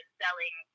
selling